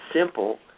simple